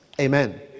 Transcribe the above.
Amen